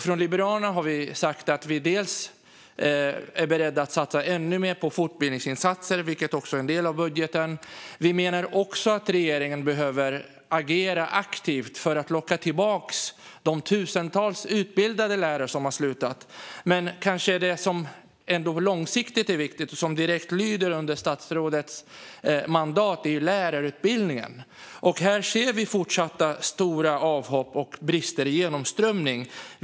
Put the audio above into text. Från Liberalerna har vi sagt att vi är beredda att satsa ännu mer på fortbildningsinsatser, vilket är en del av budgeten. Vi menar också att regeringen behöver agera aktivt för att locka tillbaka de tusentals utbildade lärare som har slutat. Men det som kanske ändå är viktigt långsiktigt och som direkt lyder under statsrådets mandat är lärarutbildningen. Här ser vi stora avhopp och att det fortsätter på det sättet. Vi ser också brister i genomströmningen.